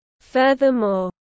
Furthermore